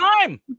time